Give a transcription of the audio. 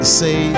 say